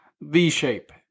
V-shape